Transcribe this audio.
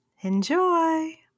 Enjoy